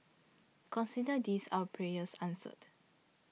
consider this our prayers answered